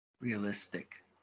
Realistic